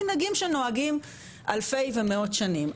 מנהגים שנוהגים אלפי ומאות שנים,